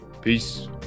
Peace